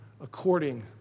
according